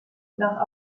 nach